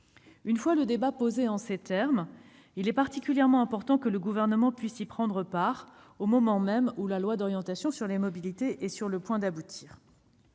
Une fois le débat posé en ces termes, il est particulièrement important que le Gouvernement puisse y prendre part, et ce au moment même où le projet de loi d'orientation des mobilités est sur le point d'aboutir.